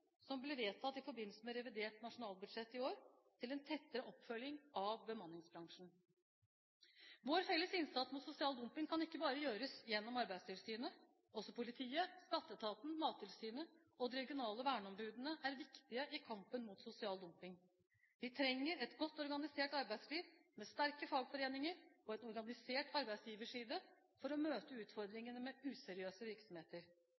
som ble vedtatt i forbindelse med revidert nasjonalbudsjett i år, til en tettere oppfølging av bemanningsbransjen. Vår felles innsats mot sosial dumping kan ikke bare gjøres gjennom Arbeidstilsynet; også politiet, Skatteetaten, Mattilsynet og de regionale verneombudene er viktige i kampen mot sosial dumping. Vi trenger et godt organisert arbeidsliv med sterke fagforeninger og en organisert arbeidsgiverside for å møte utfordringene med useriøse virksomheter.